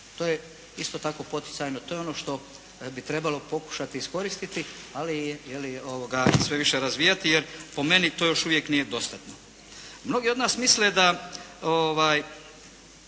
to je isto tako poticajno, to je ono što bi trebalo pokušati iskoristiti, ali i sve više razvijati jer po meni to još uvijek nije dostatno. Mnogi od nas misle da